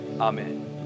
Amen